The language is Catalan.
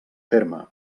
terme